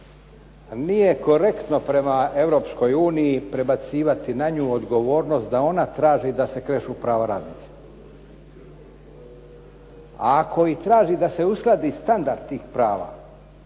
nije korektno prema Europskoj uniji i prebacivati na nju odgovornost da ona traži da se krešu prava radnicima, a koji traži da se uskladi standard tih prava,